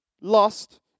lost